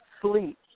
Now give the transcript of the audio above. sleep